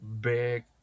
big